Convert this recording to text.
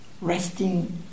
resting